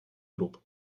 групп